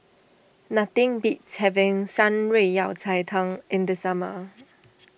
nothing beats having Shan Rui Yao Cai Tang in the summer